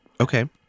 Okay